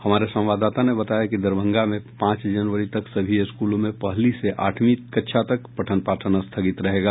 हमारे संवाददाता ने बताया कि दरभंगा में पांच जनवरी तक सभी स्कूलों में पहली से आठवीं कक्षा तक पठन पाठन स्थगित रहेगा